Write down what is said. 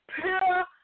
pure